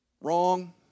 Wrong